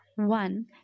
one